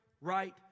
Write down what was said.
right